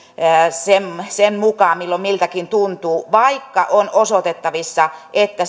sen sen mukaan milloin miltäkin tuntuu vaikka on osoitettavissa että